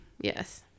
Yes